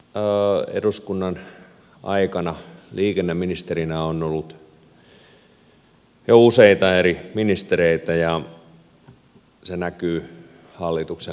tämän eduskunnan aikana liikenneministerinä on ollut jo useita eri ministereitä ja se näkyy hallituksen liikennepolitiikassa